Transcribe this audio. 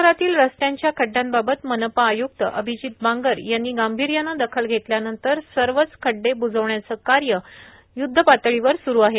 शहरातील रस्त्यांच्या खड्रड्रयांबाबत मनपा आयुक्त अभिजीत बांगर यांनी गांभीर्यानं दखल घेतल्यानंतर सर्वत्र खड्डे ब्जविण्याचे कार्य य्ध्दपातळीवर सुरू आहेत